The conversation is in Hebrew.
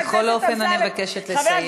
בכל אופן אני מבקשת לסיים.